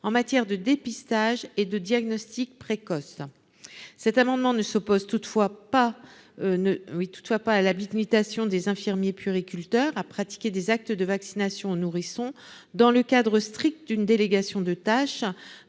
en matière de dépistage et de diagnostic précoce, cet amendement ne s'oppose toutefois pas ne oui toutefois pas à l'habite mutation des infirmiers purée culteurs à pratiquer des actes de vaccination nourrissons dans le cadre strict d'une délégation de tâches